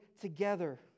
together